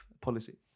policy